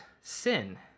sin